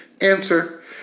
Answer